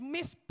Miss